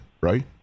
right